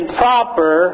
proper